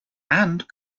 and